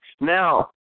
Now